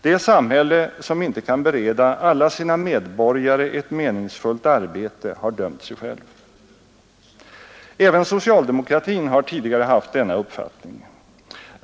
Det samhälle som inte kan bereda alla sina medborgare ett meningsfullt arbete har dömt sig självt. Även socialdemokratin har tidigare haft denna uppfattning.